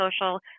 social